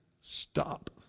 stop